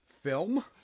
film